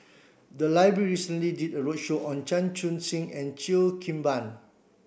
the library recently did a roadshow on Chan Chun Sing and Cheo Kim Ban